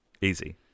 easy